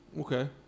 okay